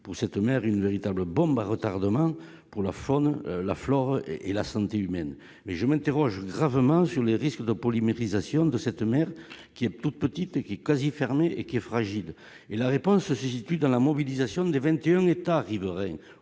pour cette mère une véritable bombe à retardement pour la faune, la flore et la santé humaine, mais je m'interroge gravement sur les risques de polymérisation de cette mère qui est toute petite équipe quasi fermés et qui est fragile et la réponse à ces études dans la mobilisation des 21 États riverains